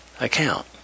account